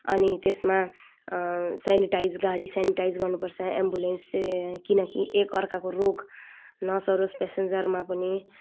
अनि त्यसमा सेनिटाइज गाडी सेनिटाइज गर्नु पर्छ एम्बुलेन्स त किनकि एक अर्काको रोग नसरोस् पेसेन्जरमा पनि